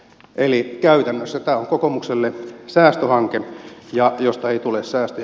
eli käytännössä tämä on kokoomukselle säästöhanke ja josta ei tule säästöjä